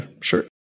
sure